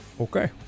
Okay